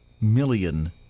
million